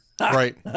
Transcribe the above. Right